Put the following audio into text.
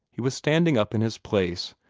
he was standing up in his place,